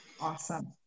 Awesome